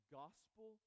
gospel